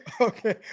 Okay